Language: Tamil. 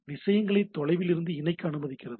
விஷயங்களை தொலைவிலிருந்து இணைக்க அனுமதிக்கிறது